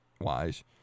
wise